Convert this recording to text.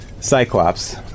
cyclops